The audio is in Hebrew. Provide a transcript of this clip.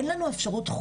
עלתה גם האפשרות,